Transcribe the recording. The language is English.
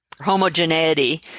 homogeneity